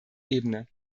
ebene